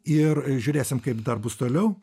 ir žiūrėsim kaip dar bus toliau